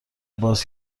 باز